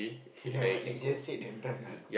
but easier said than done lah